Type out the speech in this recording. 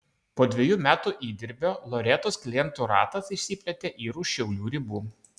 po dvejų metų įdirbio loretos klientų ratas išsiplėtė ir už šiaulių ribų